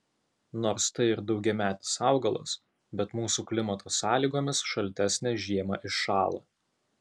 nors tai ir daugiametis augalas bet mūsų klimato sąlygomis šaltesnę žiemą iššąla